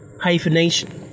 hyphenation